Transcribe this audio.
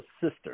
sister